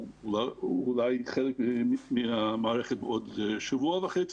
ואולי חלק מהמערכת בעוד שבוע וחצי,